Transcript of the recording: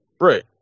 Right